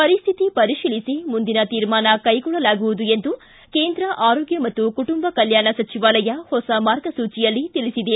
ಪರಿಸ್ಥಿತಿ ಪರಿಶೀಲಿಸಿ ಮುಂದಿನ ತೀರ್ಮಾನ ಕೈಗೊಳ್ಳಲಾಗುವುದು ಎಂದು ಕೇಂದ್ರ ಆರೋಗ್ಯ ಮತ್ತು ಕುಟುಂಬ ಕಲ್ಯಾಣ ಸಚಿವಾಲಯ ಹೊಸ ಮಾರ್ಗಸೂಚಿಯಲ್ಲಿ ತಿಳಿಸಿದೆ